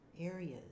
areas